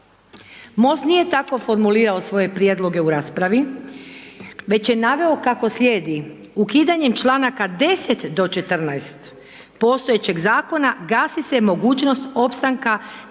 MOST nije tako formulirao svoje prijedloge u raspravi već je naveo kako slijedi, ukidanjem članaka 10. do 14. postojećeg zakona gasi se mogućnost opstanka